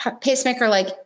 pacemaker-like